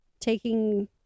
taking